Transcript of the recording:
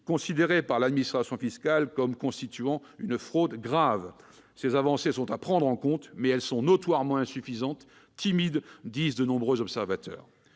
considérés par l'administration fiscale comme relevant de fraudes graves ... Ces avancées sont à prendre en compte, mais elles sont notoirement insuffisantes, timides, au dire de nombreux observateurs.